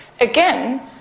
Again